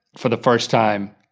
for the first time,